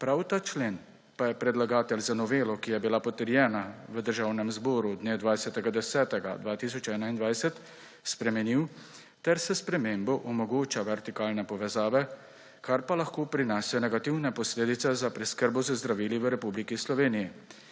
Prav ta člen pa je predlagatelj z novelo, ki je bila potrjena v Državnem zboru dne 20. 10. 2021, spremenil ter s spremembo omogoča vertikalne povezave, kar pa lahko prinese negativne posledice za preskrbo z zdravili v Republiki Sloveniji.